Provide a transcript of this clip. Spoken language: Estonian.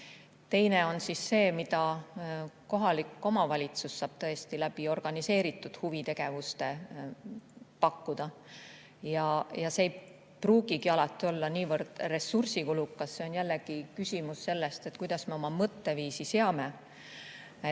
Teine on see, mida kohalik omavalitsus saab organiseeritud huvitegevuste abil pakkuda. See ei pruugigi alati olla niivõrd ressursikulukas, see on jällegi küsimus sellest, kuidas me oma mõtteviisi seame.